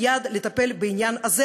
מייד לטפל בעניין הזה,